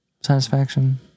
satisfaction